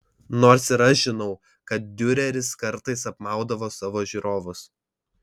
nors ir aš žinau kad diureris kartais apmaudavo savo žiūrovus